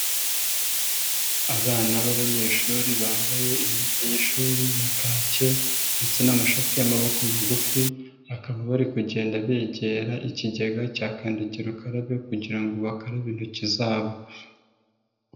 Abana b'abanyeshuri bambaye imyenda y'ishuri ya kake ndetse n'amashati y'amaboko magufi, bakaba bari kugenda begera ikigega cya kandagira ukarabe kugira ngo bakarabe intoki zabo.